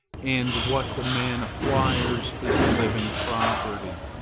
and what the man acquires is living property,